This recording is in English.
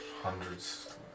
hundreds